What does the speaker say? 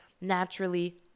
naturally